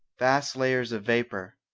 vast layers of vapour,